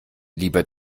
lieber